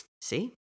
See